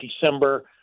December